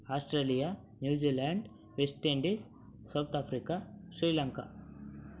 Australia New Zealand West Indies South Africa Sri Lanka